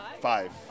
five